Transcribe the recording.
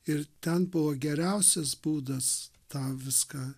ir ten buvo geriausias būdas tą viską